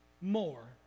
more